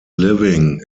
living